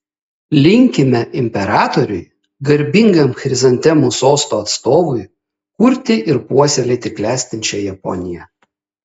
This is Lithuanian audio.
linkime imperatoriui garbingam chrizantemų sosto atstovui kurti ir puoselėti klestinčią japoniją